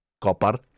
Copper